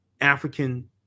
African